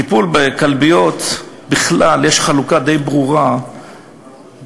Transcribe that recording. בטיפול בכלביות בכלל יש חלוקה די ברורה בינינו,